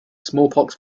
smallpox